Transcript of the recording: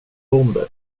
bomber